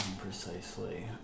precisely